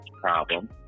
problem